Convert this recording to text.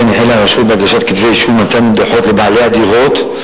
לכן החלה הרשות בהגשת כתבי אישום ומתן דוחות לבעלי הדירות.